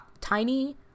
Tiny